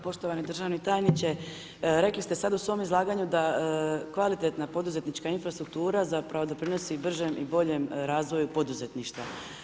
Poštovani državni tajniče, rekli ste sada u svom izlaganju da kvalitetna poduzetnička infrastruktura zapravo doprinosi bržem i boljem razvoju poduzetništva.